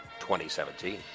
2017